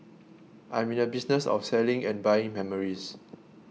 I'm in the business of selling and buying memories